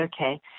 okay